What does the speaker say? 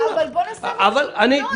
תודה אוסאמה על הצעת הדיון.